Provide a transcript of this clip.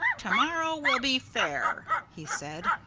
to-morrow will be fair, he said.